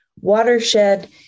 watershed